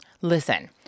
Listen